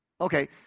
Okay